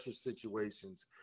situations